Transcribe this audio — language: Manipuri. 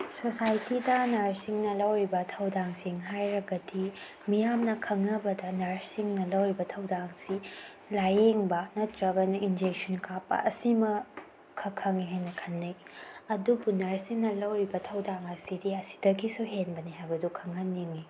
ꯁꯣꯁꯥꯏꯇꯤꯗ ꯅꯔꯁꯁꯤꯡꯅ ꯂꯧꯔꯤꯕ ꯊꯧꯗꯥꯡꯁꯤꯡ ꯍꯥꯏꯔꯒꯗꯤ ꯃꯤꯌꯥꯝꯅ ꯈꯪꯅꯕꯗ ꯅꯔꯁꯁꯤꯡꯅ ꯂꯧꯔꯤꯕ ꯊꯧꯗꯥꯡꯁꯤ ꯂꯥꯏꯌꯦꯡꯕ ꯅꯠꯇ꯭ꯔꯒꯅ ꯏꯟꯖꯦꯛꯁꯟ ꯀꯥꯞꯄ ꯑꯁꯤꯃ ꯈꯛ ꯈꯪꯉꯦ ꯍꯥꯏꯅ ꯈꯟꯅꯩ ꯑꯗꯨꯕꯨ ꯅꯔꯁꯁꯤꯡꯅ ꯂꯧꯔꯤꯕ ꯊꯧꯗꯥꯡ ꯑꯁꯤꯗꯤ ꯑꯁꯤꯗꯒꯤꯁꯨ ꯍꯦꯟꯕꯅꯦ ꯍꯥꯏꯕꯗꯣ ꯈꯪꯍꯟꯅꯤꯡꯉꯤ